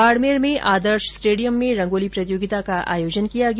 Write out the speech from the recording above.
बाडमेर में आदर्श स्टेडियम में रंगोली प्रतियोगिता का आयोजन किया गया